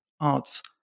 arts